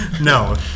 No